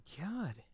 god